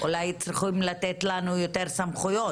אולי צריכים לתת לנו יותר סמכויות.